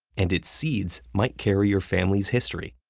and its seeds might carry your family's history,